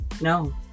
no